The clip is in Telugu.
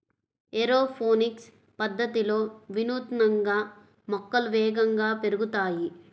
ఏరోపోనిక్స్ పద్ధతిలో వినూత్నంగా మొక్కలు వేగంగా పెరుగుతాయి